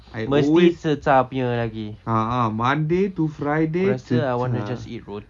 I always a'ah monday to friday zhi char